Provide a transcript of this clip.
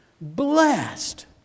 Blessed